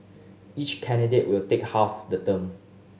each candidate will take half the term